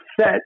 set